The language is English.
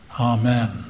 Amen